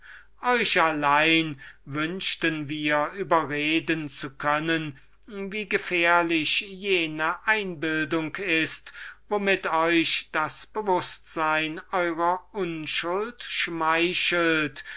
euch allein wünschten wir überreden zu können wie gefährlich jene einbildung ist womit euch das bewußtsein eurer unschuld schmeichelt